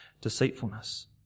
deceitfulness